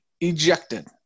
ejected